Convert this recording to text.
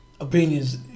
opinions